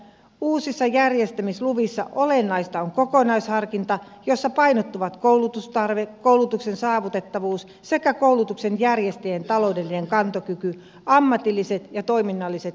uusissa järjestämisluvissa olennaista on kokonaisharkinta jossa painottuvat koulutustarve koulutuksen saavutettavuus sekä koulutuksen järjestäjien taloudellinen kantokyky ammatilliset ja toiminnalliset edellytykset